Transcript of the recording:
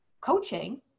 coaching